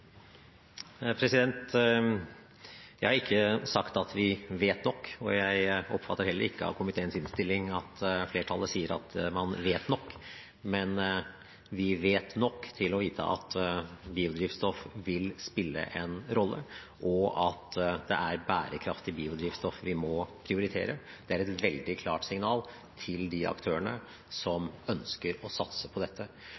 Jeg har ikke sagt at vi vet nok, og jeg oppfatter heller ikke av komiteens innstilling at flertallet sier at man vet nok. Men vi vet nok til å vite at biodrivstoff vil spille en rolle, og at det er bærekraftig biodrivstoff vi må prioritere. Det er et veldig klart signal til de aktørene